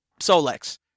Solex